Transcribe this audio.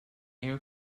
air